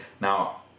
now